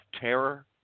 terror